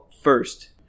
first